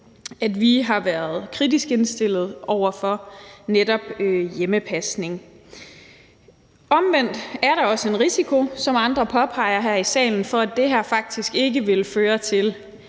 at vi har været kritisk indstillet over for netop hjemmepasning. Omvendt er der også, som andre her i salen har påpeget, en risiko for, at det her faktisk ikke ville føre til,